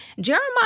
Jeremiah